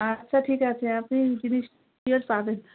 আচ্ছা ঠিক আছে আপনি জিনিস সিওর পাবেন